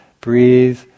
breathe